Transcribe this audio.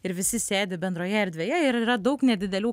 ir visi sėdi bendroje erdvėje ir yra daug nedidelių